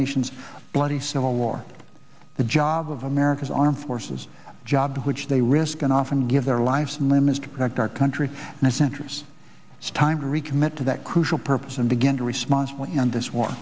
nation's bloody civil war the job of america's armed forces job which they risk and often give their lives and limb is to protect our country and centers it's time to recommit to that crucial purpose and begin to responsibly end this